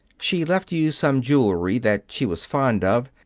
she left you some jewelry that she was fond of,